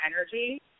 energy